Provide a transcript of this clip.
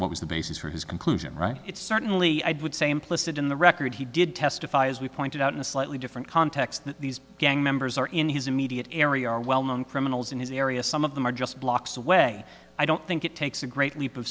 what was the basis for his conclusion right it's certainly i would say implicit in the record he did testify as we pointed out in a slightly different context that these gang members are in his immediate area are well known criminals in his area some of them are just blocks away i don't think it takes a great leap of